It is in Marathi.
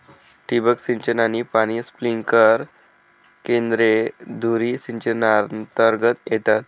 ठिबक सिंचन आणि पाणी स्प्रिंकलर केंद्रे धुरी सिंचनातर्गत येतात